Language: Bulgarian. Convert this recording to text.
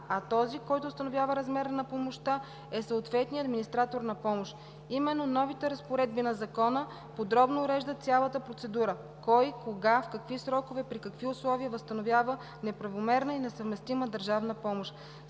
а този, който установява размера на помощта, е съответният администратор на помощ. Именно новите разпоредби на Закона подробно уреждат цялата процедура кой, кога, в какви срокове, при какви условия възстановява неправомерна и несъвместима държавна помощ.